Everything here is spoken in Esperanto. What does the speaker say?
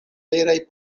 veraj